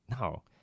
No